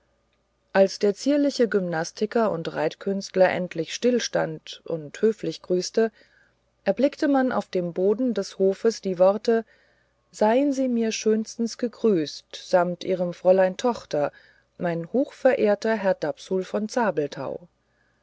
als der zierliche gymnastiker und reitkünstler endlich stillstand und höflich grüßte erblickte man auf dem boden des hofes die worte sein sie mir schönstens gegrüßt samt ihrem fräulein tochter mein hochverehrtester herr dapsul von